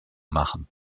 machen